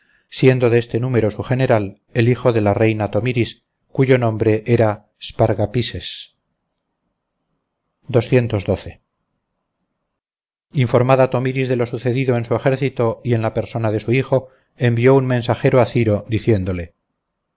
siendo de este número su general el hijo de la reina tomiris cuyo nombre era spargapises informada tomiris de lo sucedido en su ejército y en la persona de su hijo envió un mensajero a ciro diciéndole